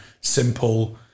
simple